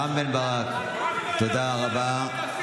רם בן ברק, תודה רבה.